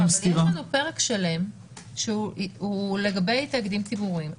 יש לנו פרק שלם לגבי תאגידים ציבוריים.